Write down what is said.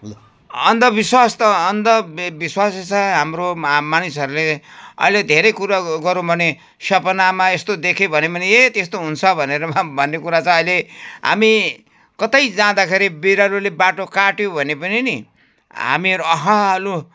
अन्धविश्वास त अन्धविश्वासै छ हाम्रोमा मानिसहरूले अहिले धेरै कुरा गरौँ भने सपनामा यस्तो देखेँ भने पनि ए त्यस्तो हुन्छ भनेर भन्ने कुरा चाहिँ अहिले हामी कतै जाँदाखेरि बिरालोले बाटो काट्यो भने पनि नि हामीहरू लु